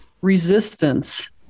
resistance